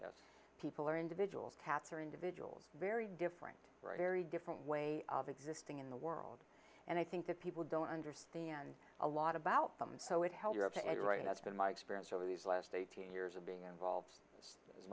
people are individual cats are individuals very different very different way of existing in the world and i think that people don't understand a lot about them so it held you up to it right that's been my experience over these last eighteen years of being involved as